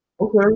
okay